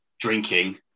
drinking